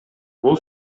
бул